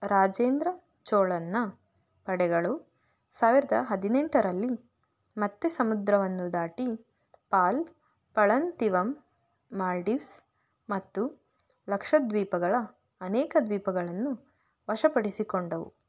ರಾಜೇಂದ್ರ ಚೋಳನ್ನ ಪಡೆಗಳು ಸಾವಿರದ ಹದಿನೆಂಟರಲ್ಲಿ ಮತ್ತೆ ಸಮುದ್ರವನ್ನು ದಾಟಿ ಪಾಲ್ ಪಳಂತಿವಂ ಮಾಲ್ಡೀವ್ಸ್ ಮತ್ತು ಲಕ್ಷದ್ವೀಪಗಳ ಅನೇಕ ದ್ವೀಪಗಳನ್ನು ವಶಪಡಿಸಿಕೊಂಡವು